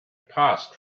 passed